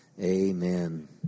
Amen